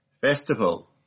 Festival